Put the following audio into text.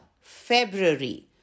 February